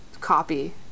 copy